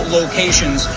locations